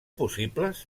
possibles